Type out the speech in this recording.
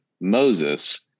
Moses